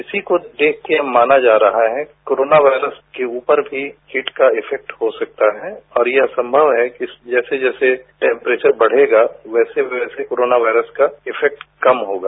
इसी को देखके माना जा रहा है कोरोना वायरस के ऊपर भी हीट का इफेंक्ट हो सकता है और यह संमव है कि जैसे जैसे टैम्प्रेचर बढेगा वैसे वैसे कोरोना वायरस का इफैक्ट कम होगा